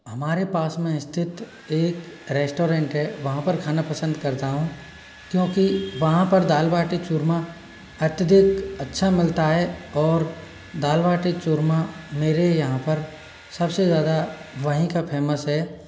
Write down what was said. हमारे पास में स्थित एक रेस्टोरेंट है वहाँ पर खाना पसंद करता हूँ क्योंकि वहाँ पर दाल बाटी चूरमा अत्याधिक अच्छा मिलता है और दाल बाटी चूरमा मेरे यहाँ पर सबसे ज़्यादा वहीं का फेमस है